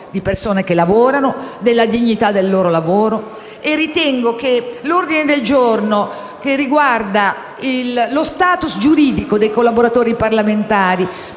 di persone che lavorano e della dignità del loro lavoro. Evidenzio, perciò, l'ordine del giorno che riguarda lo *status* giuridico dei collaboratori parlamentari.